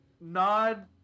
nod